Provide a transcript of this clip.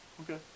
Okay